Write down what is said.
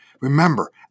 Remember